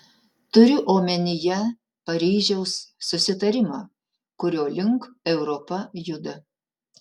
turiu omenyje paryžiaus susitarimą kurio link europa juda